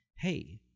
hey